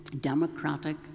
democratic